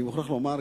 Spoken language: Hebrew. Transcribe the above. אני מוכרח לומר,